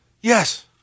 yes